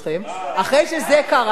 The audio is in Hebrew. אחרי שזה קרה,